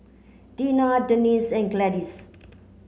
Deena Dennis and Gladys